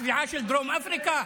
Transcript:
התביעה של דרום אפריקה?